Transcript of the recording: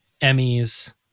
Emmys